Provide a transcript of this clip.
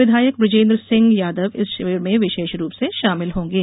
विधायक बृजेन्द्र सिंह यादव इस शिविर में विशेष रूप से शामिल होंगे